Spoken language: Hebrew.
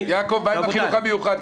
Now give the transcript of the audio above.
יעקב, מה עם החינוך המיוחד?